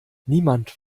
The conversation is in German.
niemand